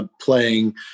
Playing